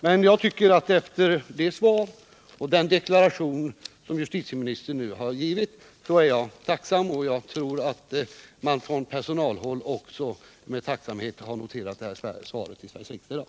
Jag vill dock säga att jag efter det svar och den deklaration som justitieministern nu har avgivit är tacksam för klarläggandet, och jag hoppas att man även på personalhåll med tacksamhet har noterat detta svar till Sveriges riksdag i dag.